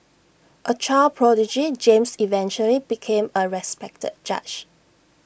A child prodigy James eventually became A respected judge